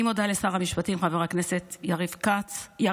אני מודה לשר המשפטים חבר הכנסת יריב לוין,